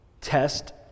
test